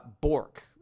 Bork